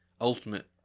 ultimate